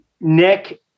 Nick